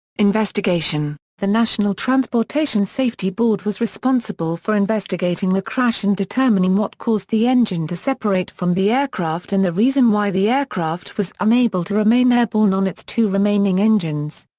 investigation the national transportation safety board was responsible for investigating the crash and determining what caused the engine to separate from the aircraft and the reason why the aircraft was unable to remain airborne on its two remaining engines.